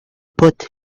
put